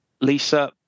Lisa